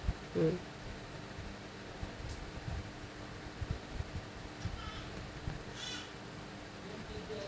mm